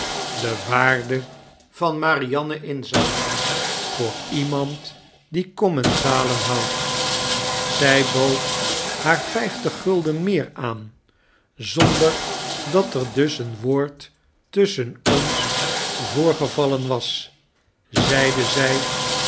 de waarde van marianne inzag voor iemand die commensalen houdt zij bood haar vijftig gulden meer aan zonder dat er dus een woord tusschen ons voorgevallen was zeide zy